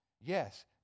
Yes